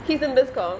he's in bizcomm